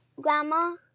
Grandma